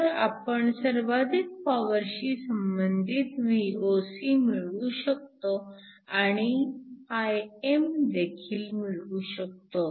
तर आपण सर्वाधिक पॉवरशी संबंधित Voc मिळवू शकतो आणि Im देखील मिळवू शकतो